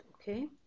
Okay